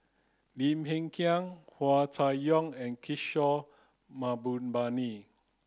Lim Hng Kiang Hua Chai Yong and Kishore Mahbubani